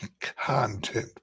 content